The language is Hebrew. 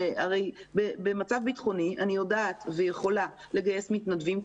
במצב ביטחוני אני יודעת ויכולה לגייס מתנדבים,